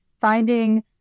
finding